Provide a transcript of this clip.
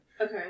Okay